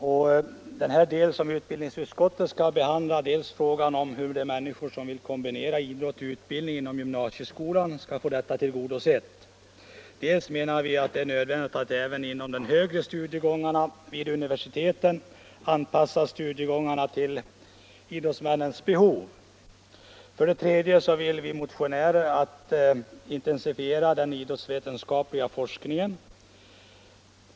För det första har utbildningsutskottet haft att behandla frågan om de människor som vill kombinera idrott och utbildning inom gymnasieskolan skall få detta önskemål tillgodosett. För det andra menar vi att det även vid universiteten är nödvändigt att anpassa studiegångar till elitidrottsmännens behov. För det tredje vill vi motionärer intensifiera den idrottsvetenskapliga forskningen.